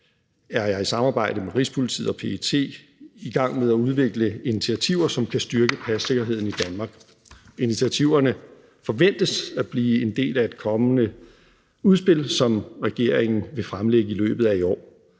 er jeg i samarbejde med Rigspolitiet og PET i gang med at udvikle initiativer, som kan styrke passikkerheden i Danmark. Initiativerne forventes at blive en del af et kommende udspil, som regeringen vil fremlægge i løbet af i år.